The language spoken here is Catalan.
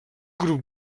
grup